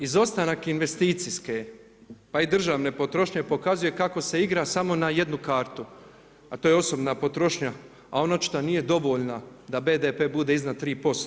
Izostanak investicijske pa i državne potrošnje pokazuje kako se igra samo na jednu kartu, a to je osobna potrošnja, a ona očito nije dovoljna da BDP bude iznad 3%